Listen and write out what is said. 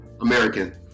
American